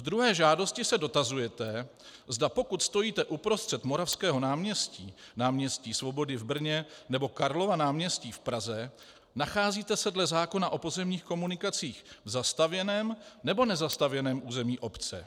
Ve druhé žádosti se dotazujete, zda pokud stojíte uprostřed Moravského náměstí, Náměstí Svobody v Brně, nebo Karlova náměstí v Praze, nacházíte se dle zákona o pozemních komunikacích v zastavěném nebo nezastavěném území obce.